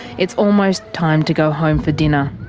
it's almost time to go home for dinner.